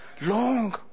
Long